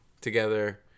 together